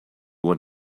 want